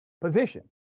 position